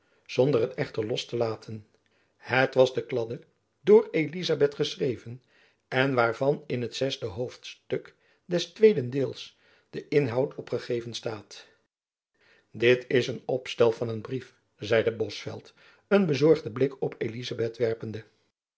zonder het echter los te laten het was de kladde door elizabeth geschreven en waarvan in het zesde hoofdstuk des tweeden deels de inhoud opgegeven staat dit is een opstel van een brief zeide bosveldt een bezorgden blik op elizabeth werpende